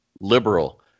liberal